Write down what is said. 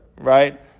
Right